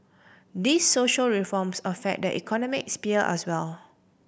these social reforms affect the economic sphere as well